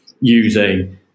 using